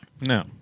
No